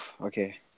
okay